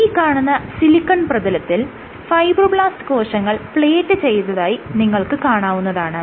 ഈ കാണുന്ന സിലിക്കൺ പ്രതലത്തിൽ ഫൈബ്രോബ്ലാസ്റ് കോശങ്ങൾ പ്ലേറ്റ് ചെയ്തതായി നിങ്ങൾക്ക് കാണാവുന്നതാണ്